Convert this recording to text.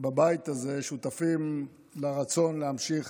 בבית הזה שותפים לרצון להמשיך